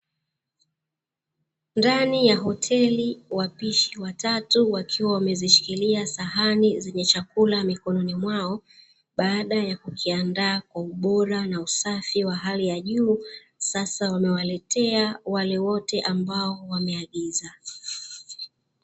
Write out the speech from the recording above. Ndani ya hoteli wapishi watatu wakiwa wamezishikilia sahani zenye chakula mikononi mwao, baada ya kukiandaa kwa ubora na usafi wa hali ya juu, sasa wamewaletea wale wote ambao wameagiza.